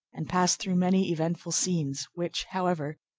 and passed through many eventful scenes, which, however,